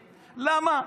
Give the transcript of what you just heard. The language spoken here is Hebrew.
למה?